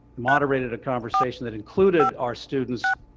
moderated a conversation that included our students,